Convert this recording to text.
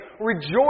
rejoice